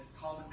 come